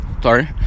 sorry